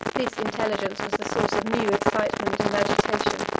this intelligence was the source of new excitement and agitation.